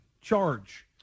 charge